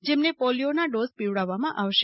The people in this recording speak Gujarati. જેમને પોલિયોના ડોઝ પીવડાવવામાં આવશે